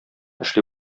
эшли